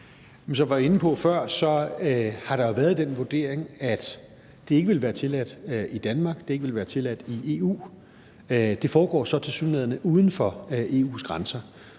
jeg var inde på før, har der jo været den vurdering, at det ikke ville være tilladt i Danmark, og at det ikke ville være tilladt i EU. Det foregår så tilsyneladende uden for EU's grænser,